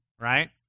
right